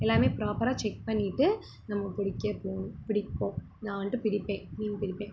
எல்லாமே ப்ராப்பராக செக் பண்ணிவிட்டு நம்ம பிடிக்க போகணும் பிடிப்போம் நான் வந்துட்டு பிடிப்பேன் மீன் பிடிப்பேன்